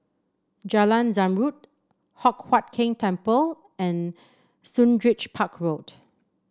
Jalan Zamrud Hock Huat Keng Temple and Sundridge Park Road